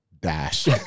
dash